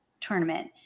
tournament